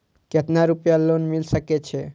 केतना रूपया लोन मिल सके छै?